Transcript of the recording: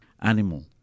animal